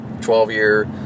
12-year